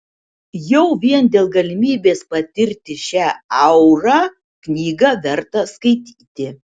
jau vien dėl galimybės patirti šią aurą knygą verta skaityti